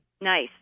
Nice